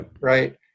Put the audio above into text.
Right